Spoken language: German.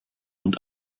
und